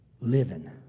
living